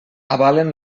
avalen